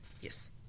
yes